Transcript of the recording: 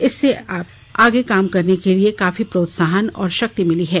इससे उन्हें आगे काम करने के लिए काफी प्रोत्साहन और शक्ति मिली है